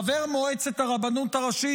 חבר מועצת הרבנות הראשית,